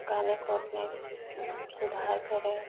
गाने को अपने सुधार करें